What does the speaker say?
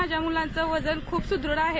माझ्या मुलांच वजन सुदृढ आहे